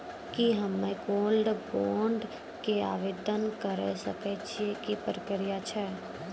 की हम्मय gold bond के आवदेन करे सकय छियै, की प्रक्रिया छै?